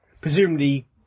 presumably